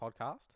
podcast